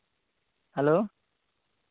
hello